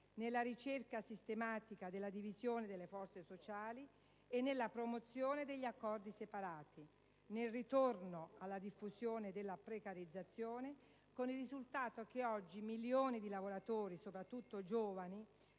nella ricerca sistematica della divisione delle forze sociali e nella promozione degli accordi separati, nel ritorno alla diffusione della precarizzazione, con il risultato che oggi milioni di lavoratori, soprattutto giovani,